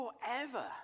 forever